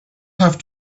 have